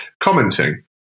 Commenting